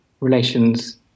relations